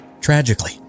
Tragically